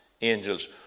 angels